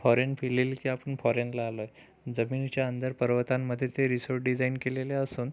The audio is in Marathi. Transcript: फॉरेन फील येईल किंवा आपण फॉरेनला आलोय जमिनीच्या अंदर पर्वतांमध्ये जे रिसोट डिजाईन केलेले असून